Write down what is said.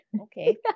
Okay